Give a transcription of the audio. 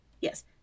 yes